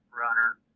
runner